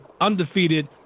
Undefeated